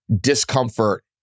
discomfort